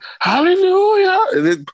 Hallelujah